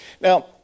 Now